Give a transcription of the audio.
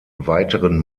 weiteren